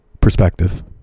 perspective